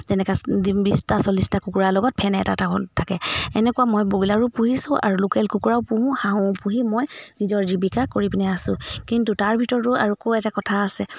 তেনেকৈ বিছটা চল্লিছটা কুকুৰাৰ লগত ফেন এটা এটা থাকে এনেকুৱা মই ব্ৰইলাৰো পুহিছোঁ আৰু লোকেল কুকুৰাও পুহোঁ হাঁহো পুহি মই নিজৰ জীৱিকা কৰি পিনে আছোঁ কিন্তু তাৰ ভিতৰতো আৰু আকৌ এটা কথা আছে